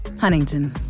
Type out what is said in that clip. Huntington